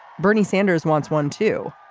bernie sanders wants one too.